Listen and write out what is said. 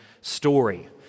story